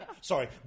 Sorry